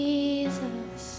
Jesus